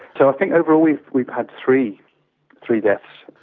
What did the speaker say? so i think overall we've we've had three three deaths.